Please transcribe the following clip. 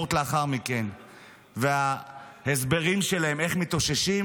הספורט לאחר מכן וההסברים שלהם איך מתאוששים,